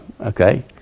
okay